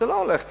זה לא הולך כך.